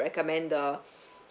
recommend the